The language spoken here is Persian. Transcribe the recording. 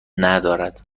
ندارد